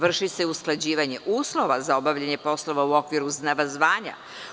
Vrši se usklađivanje uslova za obavljanje poslova u okviru zvanja.